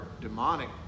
demonic